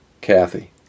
Kathy